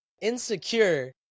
insecure